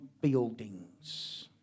buildings